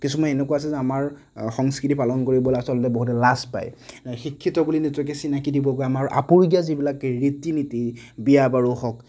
কিছুমান এনেকুৱা আছে যে আমাৰ সংস্কৃতি পালন কৰিবলৈ আচলতে বহুত লাজ পায় শিক্ষিত বুলি নিজকে চিনাকি দিবগৈ আমাৰ আপোৰুগীয়া যিবিলাক ৰীতি নীতি বিয়া বাৰু হওঁক